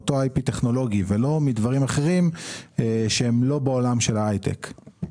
מאותו IP טכנולוגי ולא מדברים אחרים שהם לא בעולם של ההייטק.